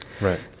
Right